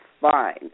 fine